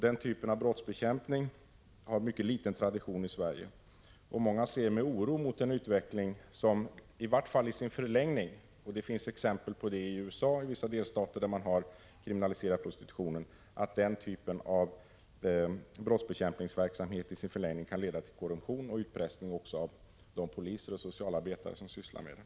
Denna typ av brottsbekämpning har en mycket liten tradition i Sverige, och många ser med oro mot en utveckling som i vart fall i sin förlängning — det finns exempel på detta i USA i vissa delstater, där man har kriminaliserat prostitutionen — kan leda till korruption och utpressning av de poliser och socialarbetare som sysslar med det.